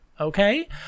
Okay